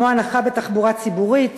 כמו הנחה בתחבורה ציבורית,